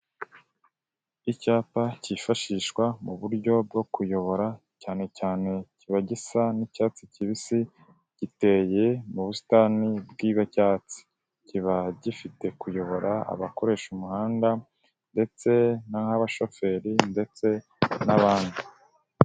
Icyapa cyifashishwa mu buryo bwo kuyobora cyane cyane kiba gisa n'icyatsi kibisi, giteye mu busitani bw'icyatsi. Kiba gifite kuyobora abakoresha umuhanda ndetse n'aha abashoferi ndetse n'abandi.